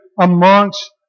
amongst